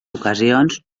ocasions